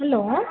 hello